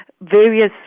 various